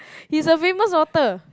he's a famous author